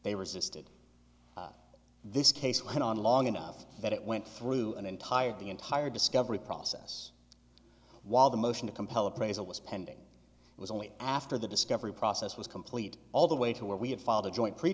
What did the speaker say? they resisted this case went on long enough that it went through an entire the entire discovery process while the motion to compel appraisal was pending it was only after the discovery process was complete all the way to where we